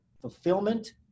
fulfillment